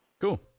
Cool